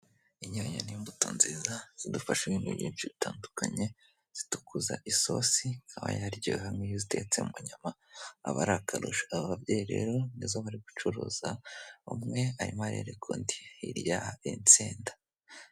Inyanya n'imbuto nziza, zidufasha ibintu byinshi bitandukanye, zitukuza isosi, ikaba yaryoha nk'iyo uzitetse mu nyama aba ari akarusha. Aba babyeyi rero nizo bari gucuruza, umwe arimo arereka undi, hirya hari insenda.